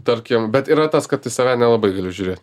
tarkim bet yra tas kad į save nelabai galiu žiūrėt